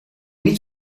niet